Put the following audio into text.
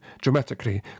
dramatically